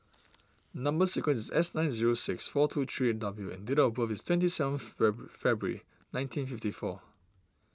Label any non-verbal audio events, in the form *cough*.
*noise* Number Sequence is S nine zero six four two three eight W and date of birth is twenty seventh Feb February nineteen fifty four